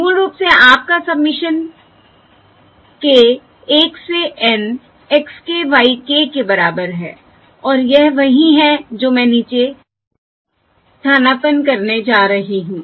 मूल रूप से आपका सबमिशन k 1 से N x k y k के बराबर है और यह वही है जो मैं नीचे स्थानापन्न करने जा रही हूं